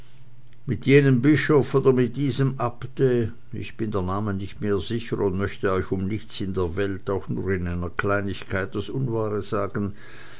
mit jenem bischof oder mit diesem abte ich bin der namen nicht mehr sicher und möchte euch um nichts in der welt auch nur in einer kleinigkeit das unwahre sagen